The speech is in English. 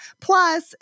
Plus